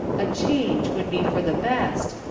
a change would be for the best,